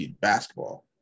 basketball